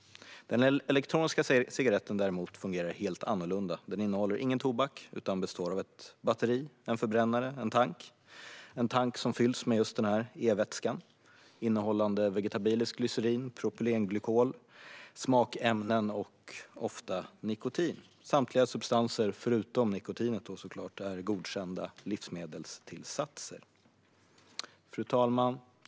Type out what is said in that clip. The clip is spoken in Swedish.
Den elektroniska cigaretten fungerar helt annorlunda. Den innehåller ingen tobak utan består av ett batteri, en förbrännare och en tank. Tanken fylls med e-vätska innehållande vegetabiliskt glycerin, propylenglykol, smakämnen och - ofta - nikotin. Samtliga substanser förutom nikotinet är godkända livsmedelstillsatser. Fru talman!